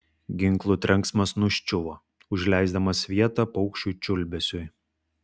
ginklų trenksmas nuščiuvo užleisdamas vietą paukščių čiulbesiui